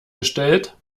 gestellt